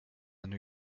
new